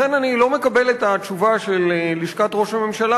לכן אני לא מקבל את התשובה של לשכת ראש הממשלה